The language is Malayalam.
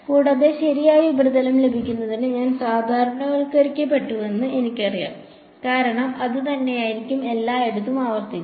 കൂടാതെ ശരിയായ ഉപരിതലം ലഭിക്കുന്നതിന് ഞാൻ സാധാരണവൽക്കരിക്കപ്പെട്ടുവെന്ന് എനിക്കറിയാം കാരണം അത് തന്നെയായിരിക്കും എല്ലായിടത്തും ആവർത്തിക്കുക